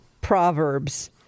proverbs